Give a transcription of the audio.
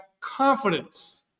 confidence